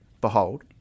behold